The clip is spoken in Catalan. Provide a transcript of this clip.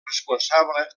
responsable